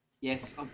Yes